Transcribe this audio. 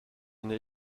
n’ai